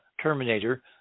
Terminator